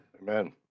Amen